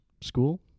school